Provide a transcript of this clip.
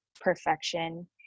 perfection